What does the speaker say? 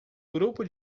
grupo